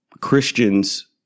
Christians